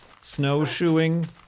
Snowshoeing